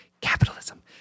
Capitalism